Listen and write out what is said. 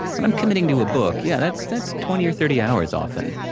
when i'm committing to a book, yeah, that's that's twenty or thirty hours, often.